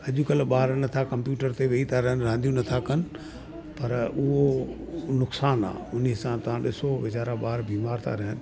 अॼुकल्ह ॿार नथा कंप्यूटर ते वेही ता रहनि रांधियूं नथा कनि पर उहो नुक़सानु आहे उन सां ता ॾिसो वीचारा ॿार बीमार था रहनि